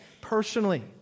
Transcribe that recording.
personally